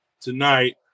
tonight